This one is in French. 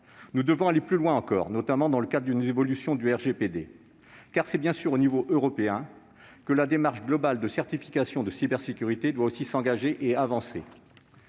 Nous devons aller plus loin encore, notamment dans le cadre d'une évolution du RGPD. En effet, c'est bien évidemment à l'échelon européen que la démarche globale de certification de cybersécurité doit s'engager et avancer.